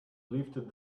lifted